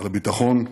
על הביטחון,